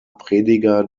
prediger